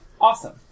Awesome